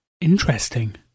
Interesting